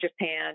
Japan